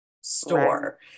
store